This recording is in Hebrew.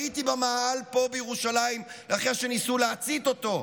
הייתי במאהל פה בירושלים אחרי שניסו להצית אותו.